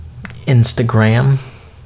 Instagram